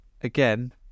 again